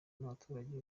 n’abaturage